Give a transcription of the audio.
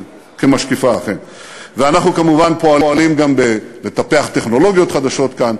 אנחנו פועלים לפתוח שווקים חדשים,